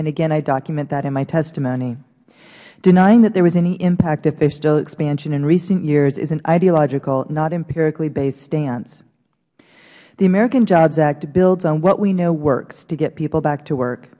and again i document that in my testimony denying that there was any impact of fiscal expansion in recent years is an ideological not empirically based stance the american jobs act builds on what we know we works to get people back to work